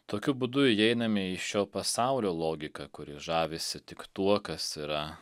tokiu būdu įeiname į šio pasaulio logiką kuri žavisi tik tuo kas yra